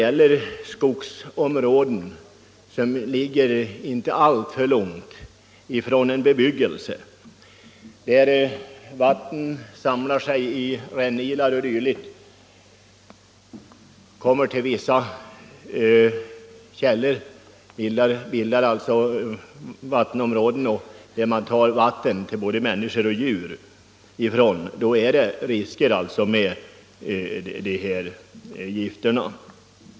I ett skogsområde som ligger inte alltför långt från en bebyggelse, dit vatten från skogen via rännilar når fram till källor och andra vattentäkter varifrån vatten tas till både djur och människor, är det riskabelt att använda ifrågavarande gifter.